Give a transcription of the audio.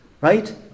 right